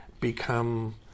become